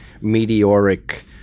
meteoric